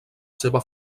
seva